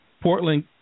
Portland